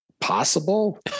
possible